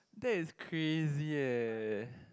that is crazy eh